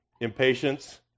Impatience